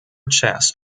chess